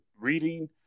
reading